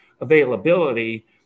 availability